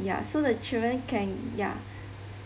ya so the children can ya